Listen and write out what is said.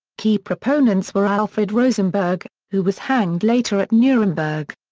key proponents were alfred rosenberg, who was hanged later at nuremberg.